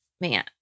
Man